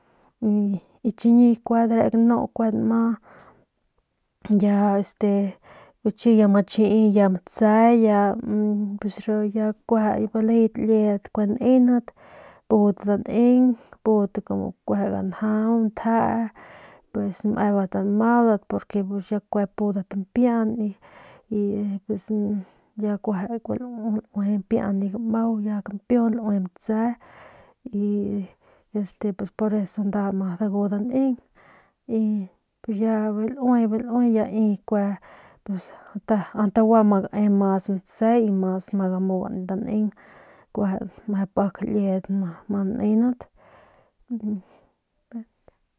Kuanma ya este chi ya ma chii ya matse ya gulejeng kue liedat kue nendat pudat ganjau pudat ntjee mebat nmaudat porque ya kue piudat mpian y ya kue mpian biu gamau ya kampiujun ya laue matse y bijiy nda ma dagu daneng bijiy laue bijiy laue pus kue nda ant gua ma gamugan mas matse y ma gamugan mas daneng kueje meje pik liedat ma nendat.